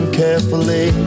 carefully